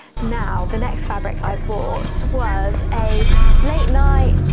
now, the next fabric i bought was a late night,